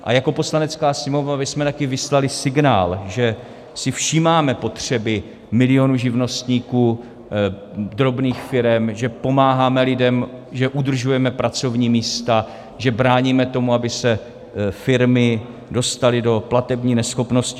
A jako Poslanecká sněmovna bychom také vyslali signál, že si všímáme potřeby milionů živnostníků, drobných firem, že pomáháme lidem, že udržujeme pracovní místa, že bráníme tomu, aby se firmy dostaly do platební neschopnosti.